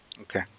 Okay